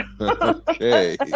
Okay